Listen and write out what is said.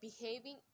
behaving